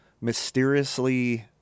mysteriously